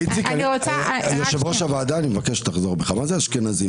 אני יושב כאן שבעה שבועות ואומר דברים.